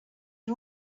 had